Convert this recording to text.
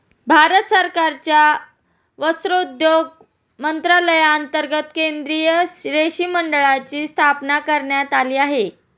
भारत सरकारच्या वस्त्रोद्योग मंत्रालयांतर्गत केंद्रीय रेशीम मंडळाची स्थापना करण्यात आली आहे